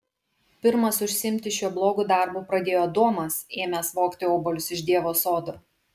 pirmas užsiimti šiuo blogu darbu pradėjo adomas ėmęs vogti obuolius iš dievo sodo